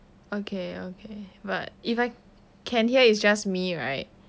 okay okay but if I can hear it's just me right